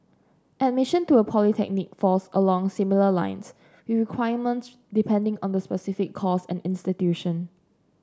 admission to a polytechnic falls along similar lines with requirements depending on the specific course and institution